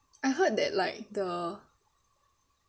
I heard that like the